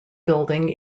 building